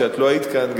כשאת לא היית כאן,